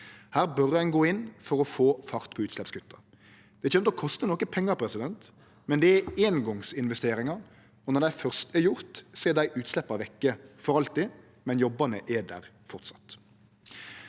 Her bør ein gå inn for å få fart på utsleppskutta. Det kjem til å koste pengar, men det er eingongsinvesteringar, og når dei først er gjorde, er dei utsleppa vekk for alltid – men jobbane er der framleis.